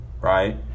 right